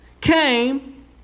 came